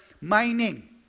mining